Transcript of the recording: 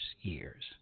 years